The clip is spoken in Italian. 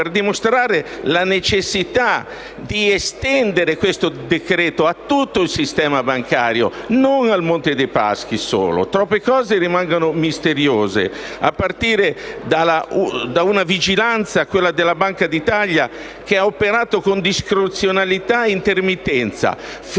per dimostrare la necessità di estendere il presente decreto a tutto il sistema bancario, non solo al Monte dei Paschi. Troppe cose rimangono misteriose, a partire da una vigilanza, quella della Banca d'Italia, che ha operato con discrezionalità e intermittenza: feroce